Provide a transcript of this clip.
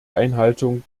einhaltung